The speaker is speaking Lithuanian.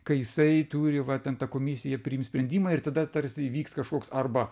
kai jisai turi va ten ta komisija priims sprendimą ir tada tarsi įvyks kažkoks arba